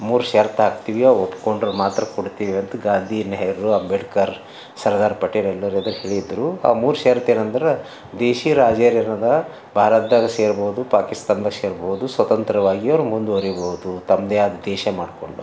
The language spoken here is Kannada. ಮೂರು ಷರ್ತು ಹಾಕ್ತಿವಿ ಅವ್ರು ಒಪ್ಕೊಂಡ್ರೆ ಮಾತ್ರ ಕೊಡ್ತೀವಿ ಅಂತ ಗಾಂಧಿ ನೆಹರು ಅಂಬೇಡ್ಕರ್ ಸರ್ದಾರ್ ಪಟೇಲ್ ಎಲ್ಲರ ಎದುರು ಹೇಳಿದ್ರು ಆ ಮೂರು ಷರತ್ತು ಏನಂದ್ರೆ ದೇಶಿ ರಾಜರು ಇರೋದ ಭಾರತ್ದಾಗ ಸೇರ್ಬೋದು ಪಾಕಿಸ್ತಾನ್ದಾಗ ಸೇರ್ಬೋದು ಸ್ವತಂತ್ರವಾಗಿ ಅವ್ರು ಮುಂದುವರಿಬೋದು ತಮ್ಮದೇ ಆದ ದೇಶ ಮಾಡಿಕೊಂಡು ಅಂತ